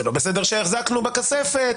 זה לא בסדר שהחזקנו בכספת,